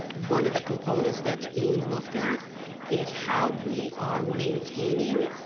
one of the components that's being looked at is how we are maintaining